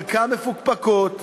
חלקן מפוקפקות,